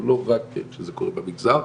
זה לא רק שזה קורה במגזר,